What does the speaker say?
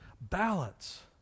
Balance